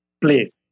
Please